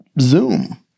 Zoom